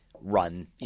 run –